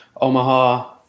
omaha